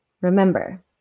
remember